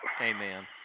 amen